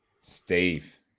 steve